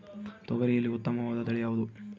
ತೊಗರಿಯಲ್ಲಿ ಉತ್ತಮವಾದ ತಳಿ ಯಾವುದು?